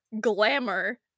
glamour